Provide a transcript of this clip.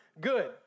good